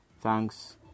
Thanks